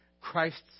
Christ's